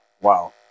Wow